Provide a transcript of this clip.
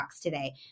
today